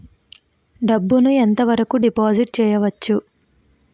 డబ్బు ను ఎంత వరకు డిపాజిట్ చేయవచ్చు?